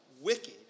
Wicked